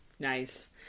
Nice